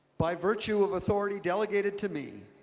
by virtue of authority delegated to me,